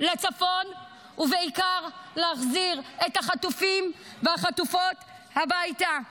לצפון ובעיקר להחזיר את החטופים והחטופות הביתה.